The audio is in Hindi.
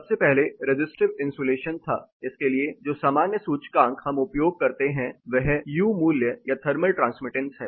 सबसे पहले रेसिस्टिव इन्सुलेशन था इसके लिए जो सामान्य सूचकांक हम उपयोग करते हैं वह U मूल्य या थर्मल ट्रांसमिटेंस है